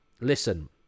listen